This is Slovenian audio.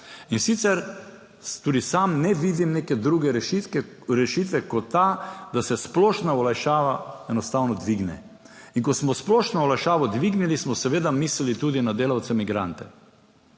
in sicer tudi sam ne vidim neke druge rešitve kot ta, da se splošna olajšava enostavno dvigne. In ko smo splošno olajšavo dvignili, smo seveda mislili tudi na delavce migrante.